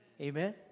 Amen